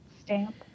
stamp